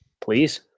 Please